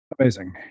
Amazing